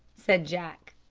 said jack.